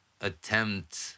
attempt